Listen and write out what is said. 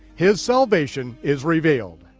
his salvation is revealed.